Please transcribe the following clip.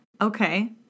Okay